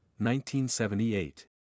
1978